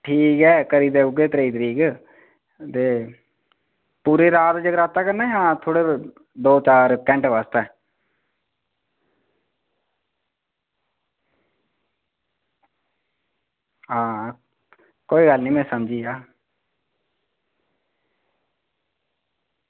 ठीक ऐ करी देई ओड़गे त्रेई तरीक ते पूरी रात जगराता करना जा थोह्ड़ी देर दो चार घैंटे आस्तै आं कोई गल्ल मिं में समझी गेआ